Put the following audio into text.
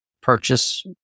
purchase